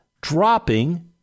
dropping